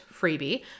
freebie